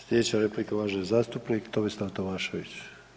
Sljedeća replika uvaženi zastupnik Tomislav Tomašević.